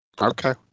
Okay